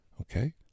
Okay